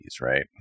right